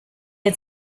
had